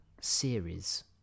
series